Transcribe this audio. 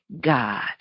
God